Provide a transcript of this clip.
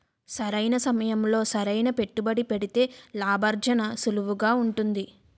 సరైన సమయంలో సరైన పెట్టుబడి పెడితే లాభార్జన సులువుగా ఉంటుంది